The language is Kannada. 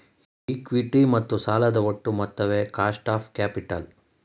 ಇಕ್ವಿಟಿ ಮತ್ತು ಸಾಲದ ಒಟ್ಟು ಮೊತ್ತವೇ ಕಾಸ್ಟ್ ಆಫ್ ಕ್ಯಾಪಿಟಲ್